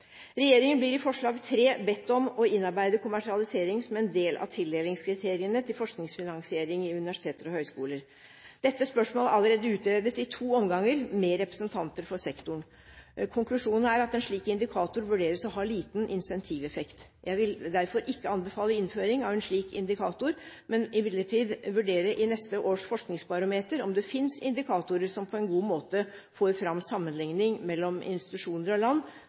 Regjeringen blir i punkt 3 bedt om å innarbeide kommersialisering som en del av tildelingskriteriene for forskningsfinansiering i universiteter og høgskoler. Dette spørsmålet er allerede utredet i to omganger med representanter for sektoren. Konklusjonen er at en slik indikator vurderes å ha liten incentiveffekt. Jeg vil derfor ikke anbefale innføring av en slik indikator. Jeg vil imidlertid til neste års forskningsbarometer vurdere om det finnes indikatorer som på en god måte får fram sammenlikninger mellom institusjoner og land